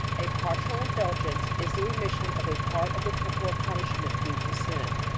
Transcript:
a partial indulgence is the remission of a part of the temporal punishment due to sin.